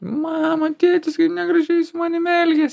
mama tėtis kaip negražiai su manim elgias